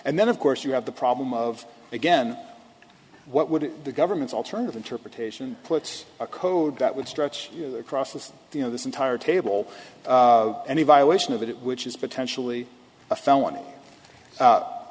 and then of course you have the problem of again what would the government's alternative interpretation puts a code that would stretch across this you know this entire table any violation of it which is potentially a felony